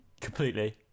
Completely